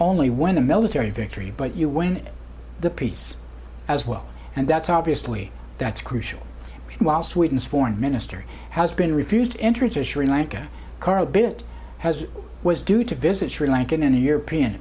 only when the military victory but you win the peace as well and that's obviously that's crucial while sweden's foreign minister has been refused entry to sri lanka carl bildt has was due to visit sri lanka